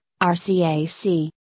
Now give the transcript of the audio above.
RCAC